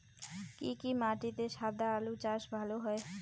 কি কি মাটিতে সাদা আলু চাষ ভালো হয়?